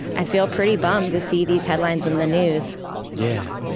i feel pretty bummed to see these headlines in the news yeah.